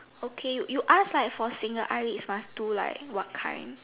okay you you ask like for seeing the eyelids must do like what kind